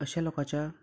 अशा लोकांच्या